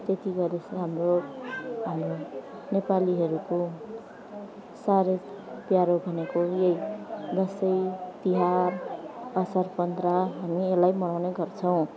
त्यति गरेर पछि हाम्रो हाम्रो नेपालीहरूको साह्रै प्यारो भनेको यही दसैँ तिहार असार पन्ध्र हामी यसलाई मनाउने गर्छौँ